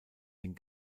den